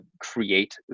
create